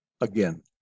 Again